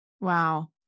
Wow